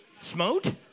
Smote